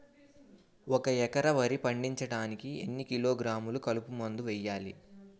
ఒక ఎకర వరి పండించటానికి ఎన్ని కిలోగ్రాములు కలుపు మందు వేయాలి?